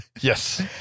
Yes